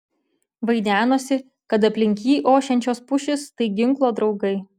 vaidenosi kad aplink jį ošiančios pušys tai ginklo draugai